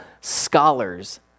scholars